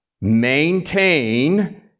maintain